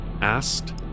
asked